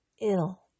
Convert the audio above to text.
ill